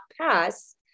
pass